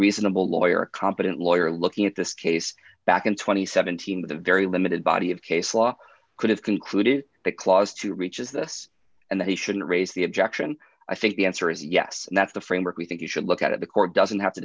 reasonable lawyer a competent lawyer looking at this case back in two thousand and seventeen with a very limited body of case law could have concluded that clause to reach is this and that he shouldn't raise the objection i think the answer is yes that's the framework we think you should look at it the court doesn't have to